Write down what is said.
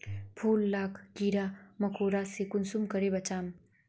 फूल लाक कीड़ा मकोड़ा से कुंसम करे बचाम?